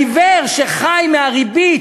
העיוור שחי מהריבית,